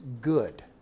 good